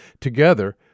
together